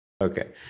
Okay